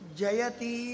Jayati